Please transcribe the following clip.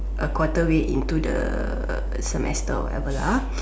a quarter into the semester or whatever lah